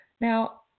Now